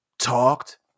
talked